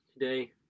today